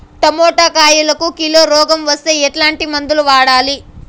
Tomato కాయలకు కిలో రోగం వస్తే ఎట్లాంటి మందులు వాడాలి?